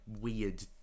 weird